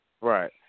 right